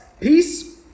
peace